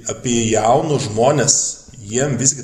apie jaunus žmones jiem visgi